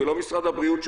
ולא משרד הבריאות,